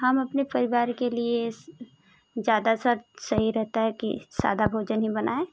हम अपने पारिवार के लिए ज़्यादातर सही रहता है कि सादा भोजन ही बनाए